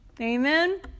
Amen